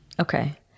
Okay